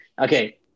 Okay